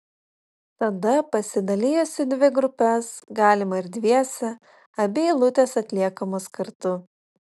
tada pasidalijus į dvi grupes galima ir dviese abi eilutės atliekamos kartu